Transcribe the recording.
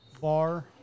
bar